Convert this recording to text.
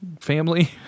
family